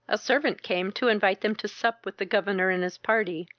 a servant came to invite them to sup with the governor and his party,